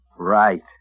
Right